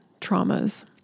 traumas